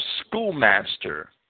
schoolmaster